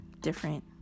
different